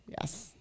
yes